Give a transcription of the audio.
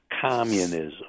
Communism